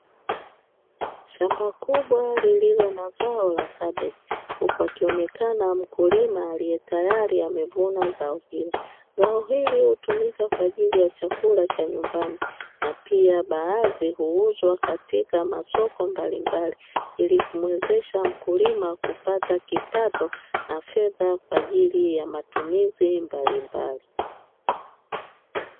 Shamba kubwa lilio na zao la kabeji, huku akionekana mkulima alie tayari amevuna zao hilo. Zao hili hutumika kwa ajili ya chakula cha nyumbani na pia baadhi huuzwa katika masoko mbalimbali ili kumwezesha mkulima kupata kipato na fedha kwa ajili ya matumizi mbalimbali.